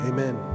Amen